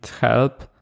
help